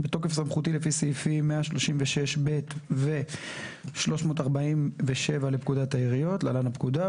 בתוקף סמכותי לפי סעיפים 136(ב) ו-347 לפקודת העיריות (להלן - הפקודה9,